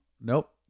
nope